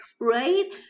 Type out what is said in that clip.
right